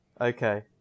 Okay